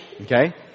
okay